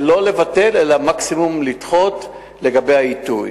זה לא לבטל, אלא מקסימום לדחות לגבי העיתוי.